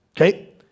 Okay